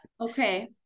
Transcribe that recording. okay